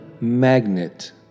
magnet